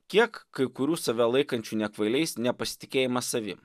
kiek kai kurių save laikančių net kvailiais nepasitikėjimas savim